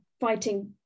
fighting